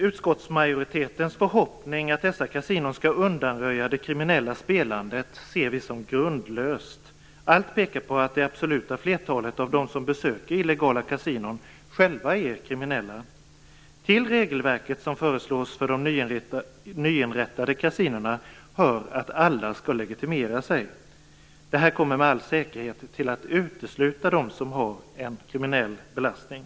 Utskottsmajoritetens förhoppning att dessa kasinon skall undanröja det kriminella spelandet ser vi som grundlös. Allt pekar på att det absoluta flertalet av dem som besöker illegala kasinon själva är kriminella. Till regelverket som föreslås för de nyinrättade kasinona hör att alla skall legitimera sig. Det här kommer med all säkerhet att utesluta dem som har en kriminell belastning.